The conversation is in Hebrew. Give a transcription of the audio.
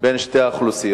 בין שתי האוכלוסיות.